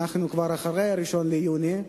אנחנו כבר אחרי 1 ביוני,